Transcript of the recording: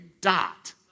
dot